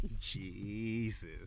Jesus